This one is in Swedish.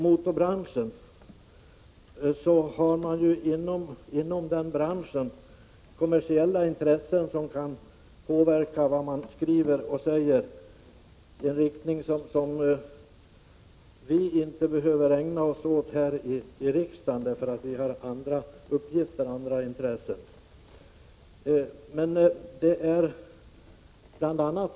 Motorbranschen har naturligtvis kommersiella intressen som påverkar vad man skriver och tycker. Vi i riksdagen har inte sådana intressen, eftersom vi har andra hänsyn att ta.